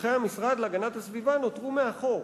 פקחי המשרד להגנת הסביבה, נותרו מאחור